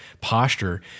posture